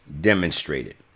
demonstrated